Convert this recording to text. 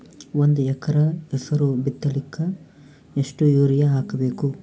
ಒಂದ್ ಎಕರ ಹೆಸರು ಬಿತ್ತಲಿಕ ಎಷ್ಟು ಯೂರಿಯ ಹಾಕಬೇಕು?